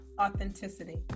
authenticity